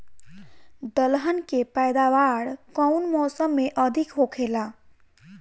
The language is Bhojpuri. दलहन के पैदावार कउन मौसम में अधिक होखेला?